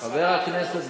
עכשיו אתה מאושר?